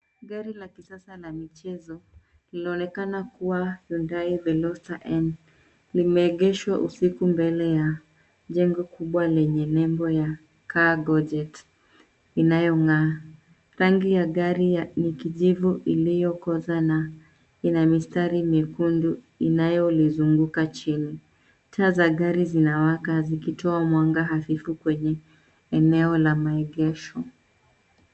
Gari la kisasa la michezo linaonekana kuwa Hyundai Veloster N, limeegeshwa usiku mbele ya jengo kubwa lenye nembo ya Cargojet inayong'aa. Rangi ya gari ni kijivu iliyokoza na ina mistari miekundu inayolizunguka chini. Taa za gari zinawaka zikitoa mwanga hafifu kwenye eneo la maegesho.